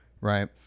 right